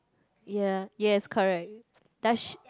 ya yes correct does she